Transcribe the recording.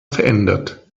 verändert